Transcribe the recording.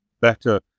better